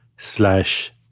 slash